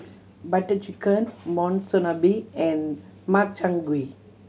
Butter Chicken Monsunabe and Makchang Gui